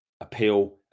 appeal